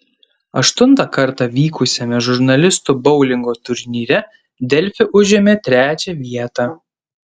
aštuntą kartą vykusiame žurnalistų boulingo turnyre delfi užėmė trečią vietą